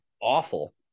awful